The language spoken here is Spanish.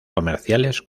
comerciales